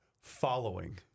following